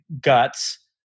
guts